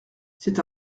c’est